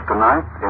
Tonight